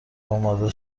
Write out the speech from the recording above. اماده